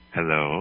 Hello